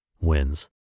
wins